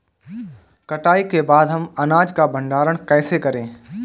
कटाई के बाद हम अनाज का भंडारण कैसे करें?